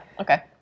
okay